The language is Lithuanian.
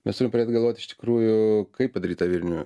mes turim pradėt galvot iš tikrųjų kaip padaryt tą vilnių